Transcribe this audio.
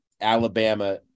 Alabama